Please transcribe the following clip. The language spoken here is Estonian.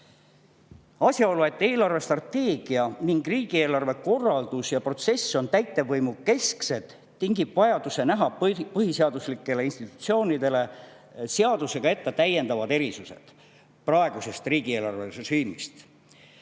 Asjaolu, et eelarvestrateegia ning riigieelarve korraldus ja protsess on täitevvõimukesksed, tingib vajaduse näha põhiseaduslikele institutsioonidele seadusega ette täiendavad erisused praegusest riigieelarverežiimist.